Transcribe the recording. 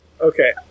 Okay